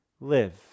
live